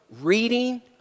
reading